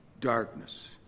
darkness